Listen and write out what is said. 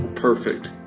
perfect